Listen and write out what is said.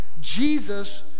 Jesus